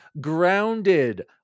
Grounded